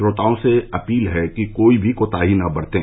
श्रोताओं से अपील है कि कोई भी कोताही न बरतें